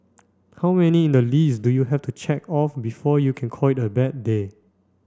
how many in the list do you have to check off before you can call it a bad day